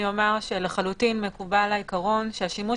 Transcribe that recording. אני אומר שלחלוטין מקובל העיקרון שהשימוש